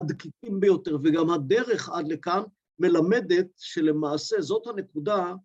‫הדקיקים ביותר, וגם הדרך עד לכאן ‫מלמדת שלמעשה זאת הנקודה,